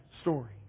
story